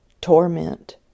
torment